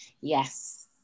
Yes